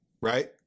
right